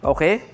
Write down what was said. Okay